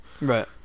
right